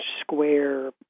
square